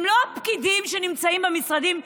הם לא הפקידים שנמצאים במשרדים,